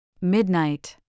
Midnight